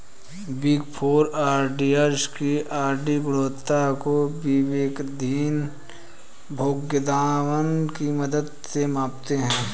big four auditors की audit गुणवत्ता को विवेकाधीन प्रोद्भवन की मदद से मापते हैं